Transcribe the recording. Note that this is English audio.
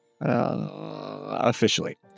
Officially